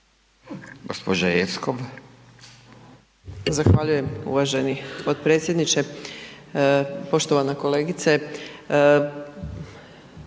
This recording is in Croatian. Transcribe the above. Dragana (SDSS)** Zahvaljujem uvaženi potpredsjedniče. Poštovana kolegice.